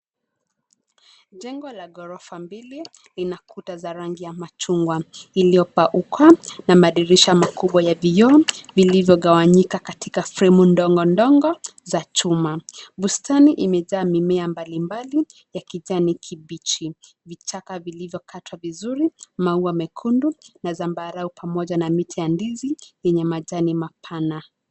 Jengo la ghorofa mbili, lina kuta ya rangi ya machungwa iliyopakwa na madirisha makubwa ya vioo, viliyogawanyika katika fremu ndogo ndogo za chuma. Bustani imejaa mimea mbalimbali ya kijani kibichi. Vichaka vilivyokatwa vizuri, maua mekundu na zambarau, pamoja na miti ya ndizi, yenye majani mapana.